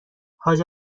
حاج